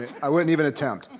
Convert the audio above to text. i wouldn't even attempt.